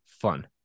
fun